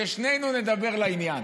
ששנינו נדבר לעניין.